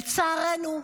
לצערנו,